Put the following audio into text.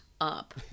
up